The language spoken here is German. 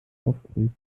aufgeregt